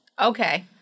Okay